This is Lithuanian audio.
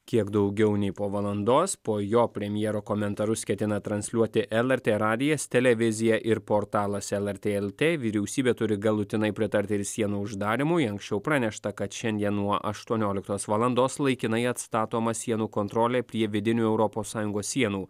kiek daugiau nei po valandos po jo premjero komentarus ketina transliuoti lrt radijas televizija ir portalas lrt lt vyriausybė turi galutinai pritarti ir sienų uždarymui anksčiau pranešta kad šiandien nuo aštuonioliktos valandos laikinai atstatoma sienų kontrolė prie vidinių europos sąjungos sienų